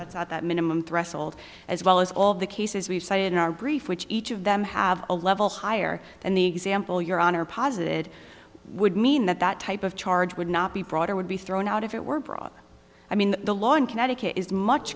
that's at that minimum threshold as well as all of the cases we've cited in our brief which each of them have a level higher than the example your honor posited would mean that that type of charge would not be fraud or would be thrown out if it were brought i mean the law in connecticut is much